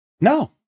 No